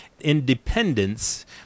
independence